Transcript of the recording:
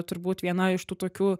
turbūt viena iš tų tokių